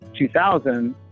2000